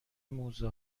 موزه